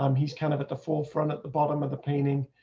um he's kind of at the forefront at the bottom of the painting.